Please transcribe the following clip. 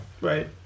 right